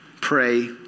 pray